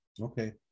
Okay